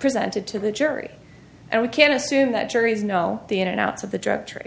presented to the jury and we can assume that juries know the in outs of the drug trade